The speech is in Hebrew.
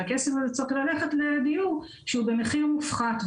שהכסף הזה צריך ללכת לדיור במחיר מופחת.